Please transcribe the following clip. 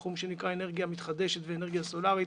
תחום שנקרא אנרגיה מתחדשת ואנרגיה סולרית,